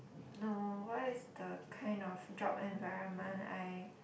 no why is the kind of job environment I